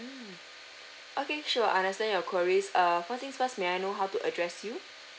okay sure understand your queries err first things first may I know how to address you